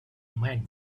men